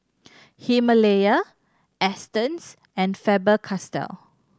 Himalaya Astons and Faber Castell